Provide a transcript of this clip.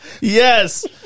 Yes